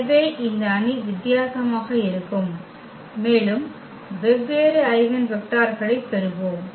எனவே இந்த அணி வித்தியாசமாக இருக்கும் மேலும் வெவ்வேறு ஐகென் வெக்டர்களைப் பெறுவோம்